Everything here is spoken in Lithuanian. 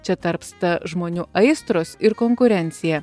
čia tarpsta žmonių aistros ir konkurencija